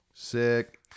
Sick